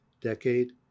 decade